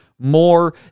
more